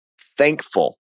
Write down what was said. thankful